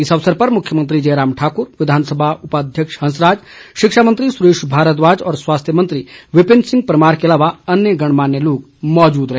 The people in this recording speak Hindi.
इस अवसर पर मुख्यमंत्री जयराम ठाकुर विधानसभा उपाध्यक्ष हंसराज शिक्षा मंत्री सुरेश भारद्वाज और स्वास्थ्य मंत्री विपिन सिंह परमार के अलावा अन्य गणमान्य लोग मौजूद रहे